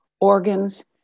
organs